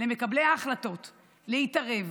למקבלי ההחלטות להתערב